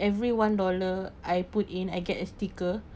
every one dollar I put in I get a sticker